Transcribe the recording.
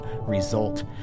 result